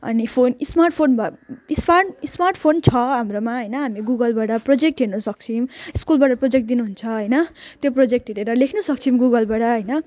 अनि phone smartphone भ smart smartphone छ हाम्रोमा होइन हामी गुगलबाट प्रोजेक्ट हेर्नुसक्छौँ स्कुलबाट प्रोजेक्ट दिनुहुन्छ होइन त्यो प्रोजेक्ट हेरेर लेख्नुसक्छौँ गुगलबाट होइन